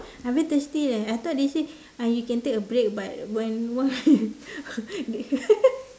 I very thirsty leh I thought they say uh you can take a break but when one